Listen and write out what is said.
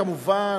כמובן.